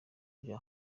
bya